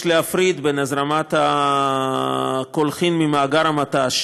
יש להפריד בין הזרמת הקולחין ממאגרי המט"ש,